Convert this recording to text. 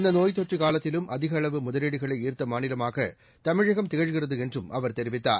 இந்தநோய் தொற்றுகாலத்திலும் அதிகஅளவு முதவீடுளைஈந்தமாநிலமாகதமிழகம் திகழ்கிறதுஎன்றும் அவர் தெரிவித்தார்